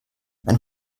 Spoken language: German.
ein